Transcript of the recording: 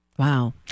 Wow